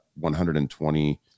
120